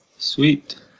Sweet